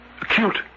acute